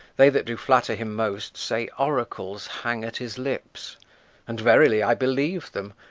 they that do flatter him most say oracles hang at his lips and verily i believe them,